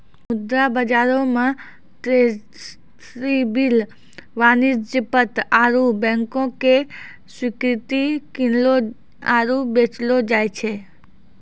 मुद्रा बजारो मे ट्रेजरी बिल, वाणिज्यक पत्र आरु बैंको के स्वीकृति किनलो आरु बेचलो जाय छै